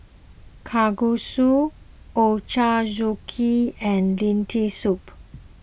Kalguksu Ochazuke and Lentil Soup